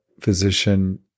physician